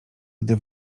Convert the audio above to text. gdy